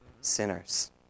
sinners